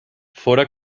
fóra